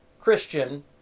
Christian